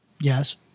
Yes